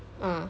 uh